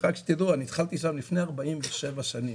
רק שתדעו שאני התחלתי שם לפני 47 שנים,